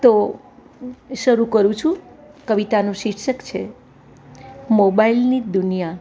તો શરૂ કરું છું કવિતાનું શીર્ષક છે મોબાઇલની દુનિયા